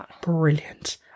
brilliant